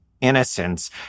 innocence